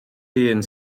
hun